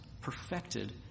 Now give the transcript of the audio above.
perfected